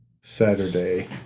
Saturday